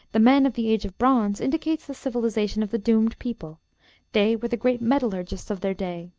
the men of the age of bronze indicates the civilization of the doomed people they were the great metallurgists of their day,